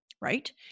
Right